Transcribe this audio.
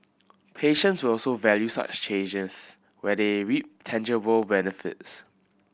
patients will also value such changes where they reap tangible benefits